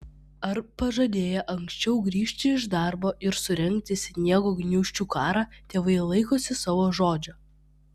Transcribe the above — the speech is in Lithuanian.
ar pažadėję anksčiau grįžti iš darbo ir surengti sniego gniūžčių karą tėvai laikosi savo žodžio